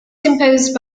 composed